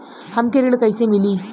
हमके ऋण कईसे मिली?